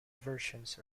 versions